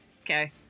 Okay